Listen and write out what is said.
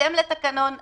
בהתאם לתקנון הכנסת,